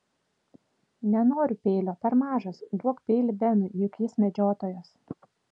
nenoriu peilio per mažas duok peilį benui juk jis medžiotojas